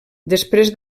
després